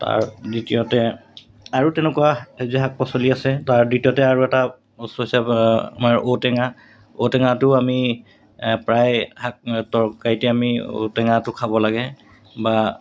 তাৰ দ্বিতীয়তে আৰু তেনেকুৱা সেউজীয়া শাক পাচলি আছে তাৰ দ্বিতীয়তে আৰু এটা বস্তু হৈছে আমাৰ ঔটেঙা ঔটেঙাটো আমি প্ৰায় শাক তৰকাৰীতে আমি ঔটেঙাটো খাব লাগে বা